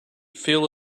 feel